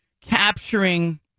capturing